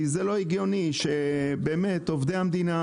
כי לא הגיוני שעובדי המדינה,